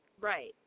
right